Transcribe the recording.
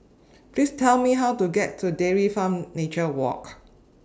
Please Tell Me How to get to Dairy Farm Nature Park